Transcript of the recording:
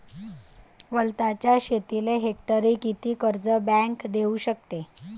वलताच्या शेतीले हेक्टरी किती कर्ज बँक देऊ शकते?